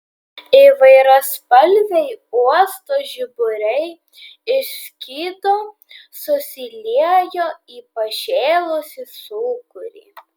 įvairiaspalviai uosto žiburiai išskydo susiliejo į pašėlusį sūkurį